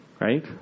Right